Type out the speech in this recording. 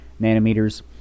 nanometers